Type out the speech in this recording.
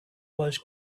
was